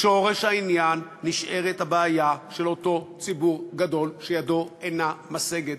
בשורש העניין נשארת הבעיה של אותו ציבור גדול שידו אינה משגת,